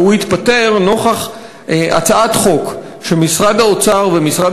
והוא התפטר נוכח הצעת חוק שמשרד האוצר ומשרד